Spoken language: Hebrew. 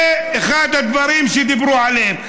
זה אחד הדברים שדיברו עליהם.